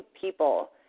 people